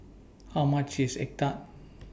How much IS Egg Tart